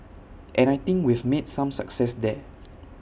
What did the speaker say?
and I think we've made some success there